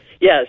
Yes